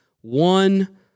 one